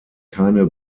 keine